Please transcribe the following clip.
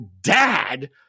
dad